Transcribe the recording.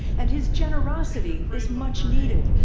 and his generosity is much needed.